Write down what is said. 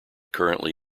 currently